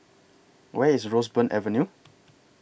Where IS Roseburn Avenue